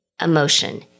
Emotion